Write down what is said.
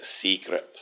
secret